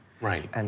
Right